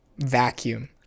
vacuum